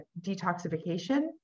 detoxification